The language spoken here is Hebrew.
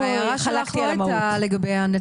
ההערה שלך לא היתה לגבי הנציג,